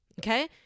okay